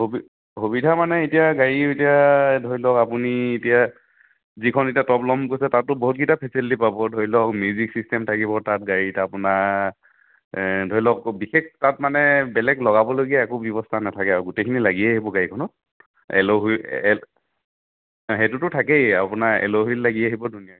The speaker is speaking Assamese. সুবি সুবিধা মানে এতিয়া গাড়ী এতিয়া ধৰি লওক আপুনি এতিয়া যিখন এতিয়া টপ ল'ম বুলি কৈছে তাতো বহুত কিটা ফেচিলিটি পাব ধৰি লওক মিউজিক চিষ্টেম থাকিব তাত গাড়ীত আপোনাৰ ধৰি লওক বিশেষ তাত মানে বেলেগ লগাবলগীয়া একো ব্যৱস্থা নাথাকে আৰু গোটেইখিনি লাগিয়েই আহিব গাড়ীখনত এল' হুইল এ এল' সেইটোতো থাকেই আপোনাৰ এল' হুইল লাগি আহিব ধুনীয়াকৈ